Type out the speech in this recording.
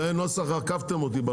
זה נוסח שעקפתם אותי.